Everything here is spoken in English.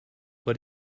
but